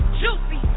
juicy